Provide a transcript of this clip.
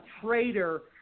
traitor